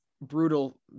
brutal